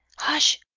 hush!